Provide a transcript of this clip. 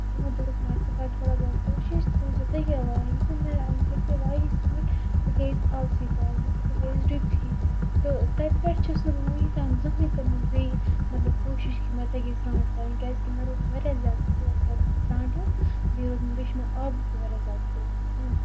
تِمو دوٚپ مےٚ ژٕ کر تھوڑا بہت کوٗشِس ژٕ وُچھ زِ تَگیا وایِنۍ مےٚ ہیژیے وایِنۍ سرانٹھ بہٕ گٔیَس آبسٕے تَل مطلب بہٕ گٔیَس ڈُبتھٕے تہٕ تَتہِ پٮ۪ٹھ چھَس نہٕ بہٕ وُنیُک تام زٔہنۍ کٔرمٕژ بیٚیہِ مطلب کوٗشِش کہِ مےٚ تَگہِ سرانٹھ وایِنۍ کیازِ کہِ مےٚ روٗد واریاہ زیادٕ خوف پتہٕ سرانٹھُک بیٚیہِ چھُ مےٚ آبُک تہِ واریاہ زیادٕ خوف وُنیُک تامَتھ